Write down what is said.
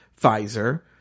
Pfizer